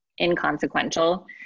inconsequential